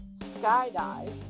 skydive